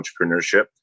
entrepreneurship